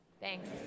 Thanks